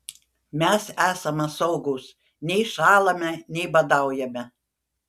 mes esame saugūs nei šąlame nei badaujame